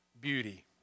beauty